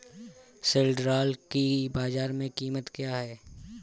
सिल्ड्राल की बाजार में कीमत क्या है?